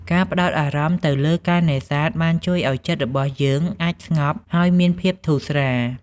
ការផ្តោតអារម្មណ៍ទៅលើការនេសាទបានជួយឱ្យចិត្តរបស់យើងអាចស្ងប់ ហើយមានភាពធូរស្រាល។